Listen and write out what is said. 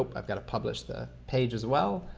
ah i've got to publish the page as well.